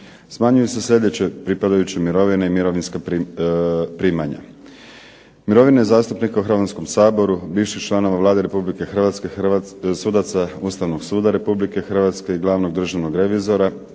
Smanjuju se sljedeće pripadajuće mirovine i mirovinska primanja. Mirovine zastupnika u Hrvatskom saboru, bivših članova Vlade Republike Hrvatske, sudaca Ustavnog suda Republike Hrvatske i glavnog državnog revizora,